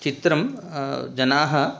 चित्रं जनाः